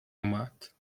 اومد